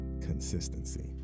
Consistency